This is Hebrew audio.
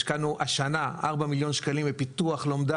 השקענו השנה 4 מיליון שקלים לפיתוח לומדה